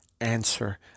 answer